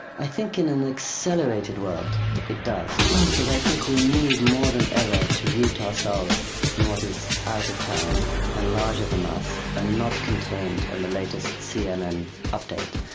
i think in an accelerated world it does, because i think we need, more than ever, to root ourselves in what is out of time and larger than us and not contained in and the latest cnn update.